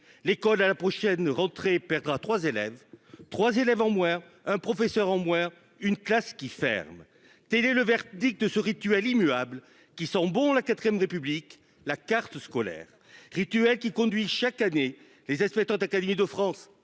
l'école à la prochaine rentrée perdra 3 élèves, 3 élèves en moins, un professeur en moins une classe qui ferme télé le verdict de ce rituel immuable qui sont bons, la IVe République. La carte scolaire rituel qui conduit chaque année, les inspecteurs d'académie de France